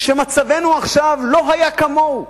שמצבנו עכשיו לא היה כמוהו: